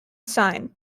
seine